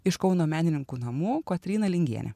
iš kauno menininkų namų kotryna lingienė